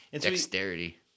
Dexterity